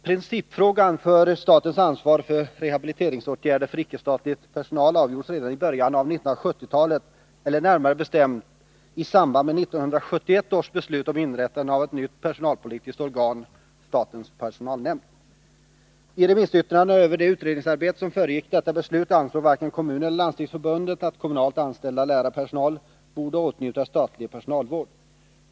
Principfrågan om statens ansvar för rehabiliteringsåtgärder för icke-statlig personal avgjordes redan i början av 1970-talet, eller närmare bestämt i samband med 1971 års beslut om inrättande av ett nytt personalpolitiskt organ, statens personalnämnd. I remissyttrandena över det utredningsarbete som föregick detta beslut ansåg varken Kommunförbundet eller Landstingsförbundet att kommunalt anställd lärarpersonal borde åtnjuta statlig personalvård.